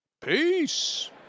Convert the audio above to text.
Peace